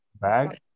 bag